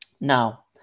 now